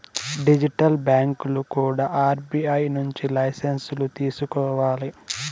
digital బ్యాంకులు కూడా RBI నుంచి లైసెన్సులు తీసుకోవాలి